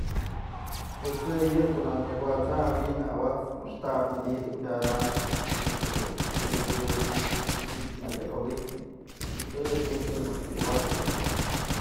Pues jue yë ko'o naj myak awasany jawi'in awat's maxtap madyë dun pyadam manytë dun kuyukëp ji'ib manytë në yak awi'idijnëp të dun, të najk dun awat'snë.